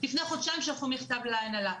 לפני חודשיים הן שלחו מכתב להנהלה,